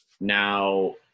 Now